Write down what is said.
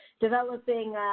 developing